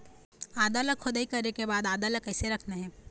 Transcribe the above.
आदा ला खोदाई करे के बाद आदा ला कैसे रखना हे?